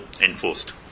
enforced